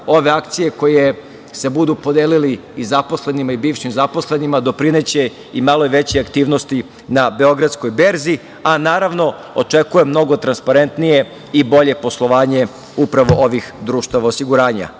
ove akcije koje se budu podelile zaposlenima i bivšim zaposlenima doprineće i malo većoj aktivnosti na beogradskoj berzi, a naravno očekujem mnogo transparentnije i bolje poslovanje upravo ovih društava osiguranja. Konačno,